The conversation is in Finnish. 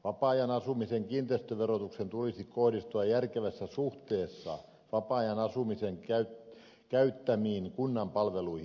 vapaa ajan asumisen kiinteistöverotuksen tulisi kohdistua järkevässä suhteessa vapaa ajan asumisen käyttämiin kunnan palveluihin